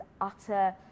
utter